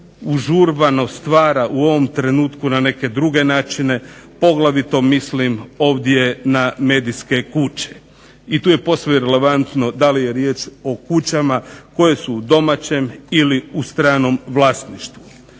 užurbano stvara u ovom trenutku na neke druge načine. Poglavito mislim ovdje na medijske kuće. I tu je posve relevantno da li je riječ o kućama koje su u domaćem ili u stranom vlasništvu.